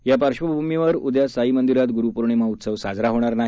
या पार्श्वभूमीवर उद्या साई मंदीरात गुरुपौर्णिमा उत्सव साजरा होणार नाही